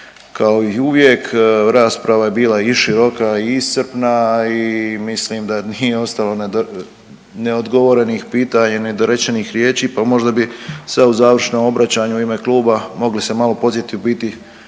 Kao i uvijek rasprava je je bila i široka i iscrpna, a mislim da nije ostalo nedogovorenih pitanja, nedorečenih riječi pa možda bi sad u završnom obraćanju u ime kluba mogli se malo podsjetit u biti